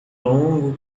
longo